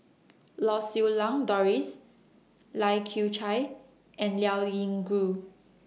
Lau Siew Lang Doris Lai Kew Chai and Liao Yingru